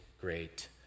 great